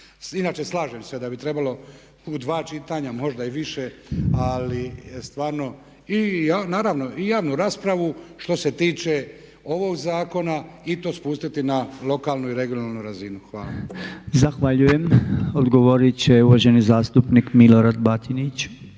Inače slažem se da bi trebalo u dva čitanja možda više, ali stvarno i naravno i javnu raspravu što se tiče ovog zakona i to spustiti na lokalnu i regionalnu razinu. Hvala. **Podolnjak, Robert (MOST)** Zahvaljujem odgovoriti će uvaženi zastupnik Milorad Batinić.